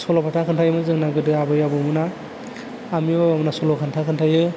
सल' बाथा खोन्थायोमोन जोंना गोदो आबै आबौमोना सल' बाथा खोन्थायो